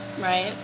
right